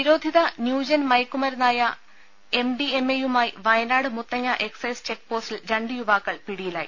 നിരോധിത ന്യൂജെൻ മയക്കുമരുന്നായ എംഡിഎംഎ യുമായി വയനാട് മുത്തങ്ങ എസൈസ് ചെക്ക് പോസ്റ്റിൽ രണ്ട് യുവാക്കൾ പിടിയിലായി